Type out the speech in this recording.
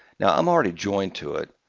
now, i'm already joined to it,